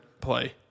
play